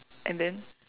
and then